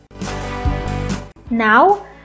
Now